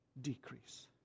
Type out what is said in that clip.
decrease